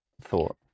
thought